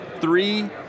Three